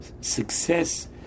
success